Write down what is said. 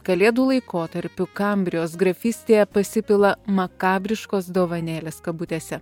kalėdų laikotarpiu kambrijos grafystėje pasipila makabriškos dovanėlės kabutėse